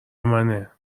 منه